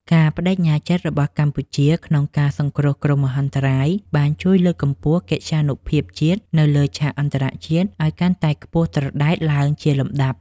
ការប្តេជ្ញាចិត្តរបស់កម្ពុជាក្នុងការសង្គ្រោះគ្រោះមហន្តរាយ បានជួយលើកកម្ពស់កិត្យានុភាពជាតិនៅលើឆាកអន្តរជាតិឱ្យកាន់តែខ្ពស់ត្រដែតឡើងជាលំដាប់។